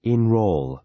Enroll